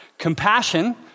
Compassion